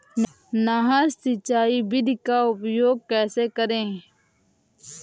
नहर सिंचाई विधि का उपयोग कैसे करें?